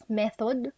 method